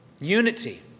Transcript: Unity